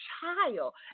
child